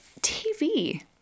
TV